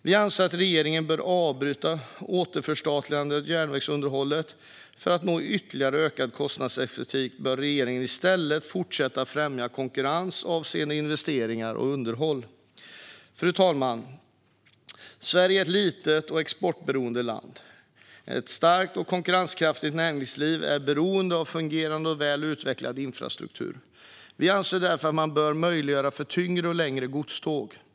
Vi anser att regeringen bör avbryta återförstatligandet av järnvägsunderhållet. För att nå ytterligare kostnadseffektivitet bör regeringen i stället fortsätta att främja konkurrens avseende investeringar och underhåll. Fru talman! Sverige är ett litet och exportberoende land. Ett starkt och konkurrenskraftigt näringsliv är beroende av fungerande och väl utvecklad infrastruktur. Vi anser därför att man bör möjliggöra för tyngre och längre godståg på järnväg.